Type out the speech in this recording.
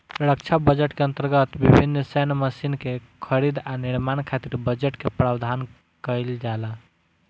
रक्षा budget के अंतर्गत विभिन्न सैन्य मशीन के खरीद आ निर्माण खातिर बजट के प्रावधान काईल जाला